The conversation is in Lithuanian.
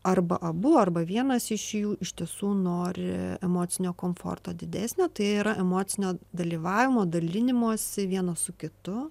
arba abu arba vienas iš jų iš tiesų nori emocinio komforto didesnio tai yra emocinio dalyvavimo dalinimosi vieno su kitu